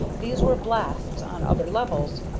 these were blasts on other levels,